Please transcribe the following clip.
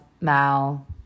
Mal